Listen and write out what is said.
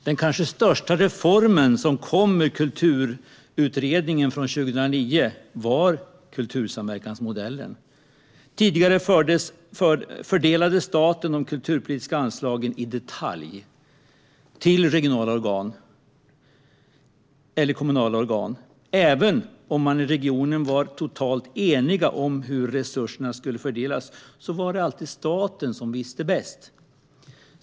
Den kanske största reformen som kom ur Kulturutredningen från 2009 var kultursamverkansmodellen. Tidigare fördelade staten de kulturpolitiska anslagen i detalj till regionala eller kommunala organ. Även om man i regionen var helt eniga om hur resurserna skulle fördelas var det alltid staten som visste bäst.